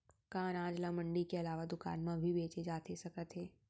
का अनाज ल मंडी के अलावा दुकान म भी बेचे जाथे सकत हे?